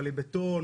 מפעלי בטון,